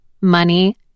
Money